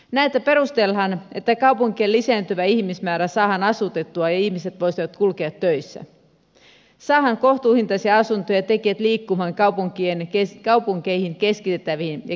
näitä perustellaan sillä että kaupunkien lisääntyvä ihmismäärä saadaan asutettua ja ihmiset voisivat kulkea töissä saadaan kohtuuhintaisia asuntoja ja työntekijät liikkumaan kaupunkeihin keskitettäviin ja keskitettyihin töihin